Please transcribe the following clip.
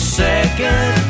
second